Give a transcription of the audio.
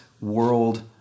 world